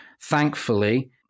thankfully